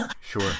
Sure